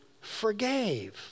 forgave